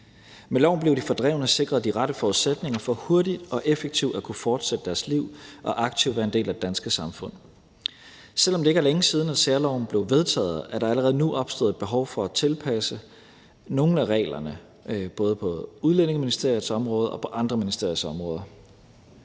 Med loven blev de fordrevne sikret de rette forudsætninger for hurtigt og effektivt at kunne fortsætte deres liv og aktivt være en del af det danske samfund. Selv om det ikke er længe siden, at særloven blev vedtaget, er der allerede nu opstået et behov for at tilpasse nogle af reglerne på både Udlændingeministeriets område og på andre ministeriers områder.